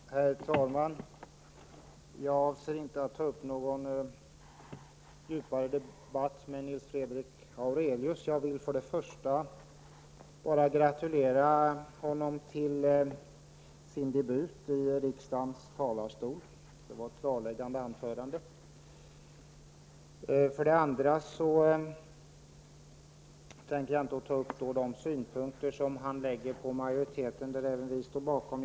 Herr talman! Jag avser inte att ta upp någon djupare debatt med Nils Fredrik Aurelius. Jag vill för det första gratulera honom till debuten i riksdagens talarstol. Det var ett klarläggande anförande. För det andra tänker jag inte ta upp de synpunkter han lägger på majoriteten, som även vi står bakom.